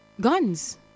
guns